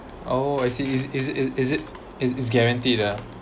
oh I see is it is it is it is is guaranteed the